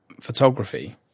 photography